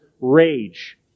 rage